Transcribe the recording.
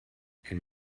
elle